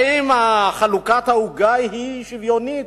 האם חלוקת העוגה היא שוויונית?